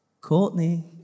Courtney